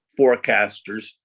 forecasters